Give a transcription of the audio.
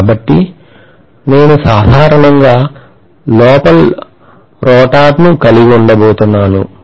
కాబట్టి నేను సాధారణంగా లోపల రోటర్ ను కలిగి ఉండబోతున్నాను